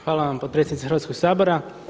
Hvala vam potpredsjednice Hrvatskoga sabora.